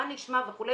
מה נשמע וכו',